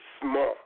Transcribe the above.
small